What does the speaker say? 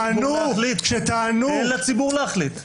אל"ף, אין כאן כל שינוי מהמתכונת שאני נוהג בה